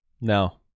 No